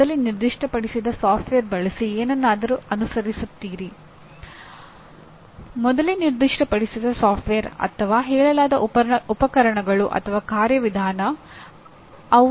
ಈಗ ಎಂಜಿನಿಯರ್ಗಳು ಏನು ಮಾಡುತ್ತಾರೆ ಉತ್ತಮ ಎಂಜಿನಿಯರ್ಗಳು ಯಾರು ಎಂಬುದನ್ನು ನಾವು ಅರ್ಥಮಾಡಿಕೊಳ್ಳಲು ಬಯಸುತ್ತೇವೆ